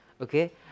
okay